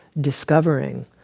discovering